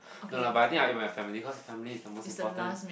no lah but I think I eat my family cause the family is most important